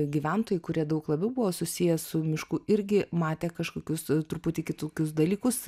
gyventojai kurie daug labiau buvo susiję su mišku irgi matė kažkokius truputį kitokius dalykus